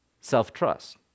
self-trust